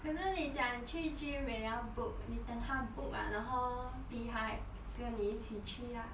可是你讲去 gym 也要 book 你等她 book 了然后逼她跟你一起去 lah